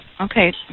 Okay